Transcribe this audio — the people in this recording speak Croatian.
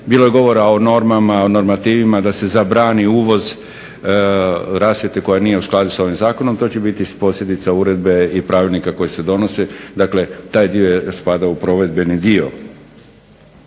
Bilo je govora o normama, o normativima da se zabrani uvoz rasvjete koja nije u skladu s ovim zakonom. To će biti posljedica uredbe i pravilnika koji se donose, dakle taj dio spada u provedbeni dio.